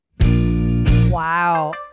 wow